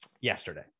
yesterday